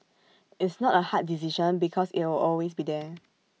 it's not A hard decision because it'll always be there